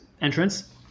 entrance